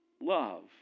Love